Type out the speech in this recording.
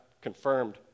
confirmed